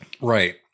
Right